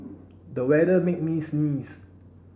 the weather made me sneeze